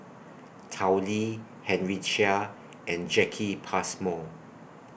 Tao Li Henry Chia and Jacki Passmore